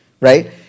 right